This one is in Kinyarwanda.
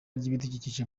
ry’ibidukikije